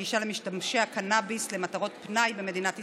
הגישה למשתמשי הקנביס למטרות פנאי במדינת ישראל.